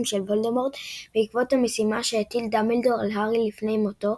של וולדמורט בעקבות המשימה שהטיל דמבלדור על הארי לפני מותו,